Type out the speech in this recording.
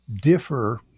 differ